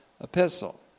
epistle